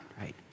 right